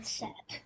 set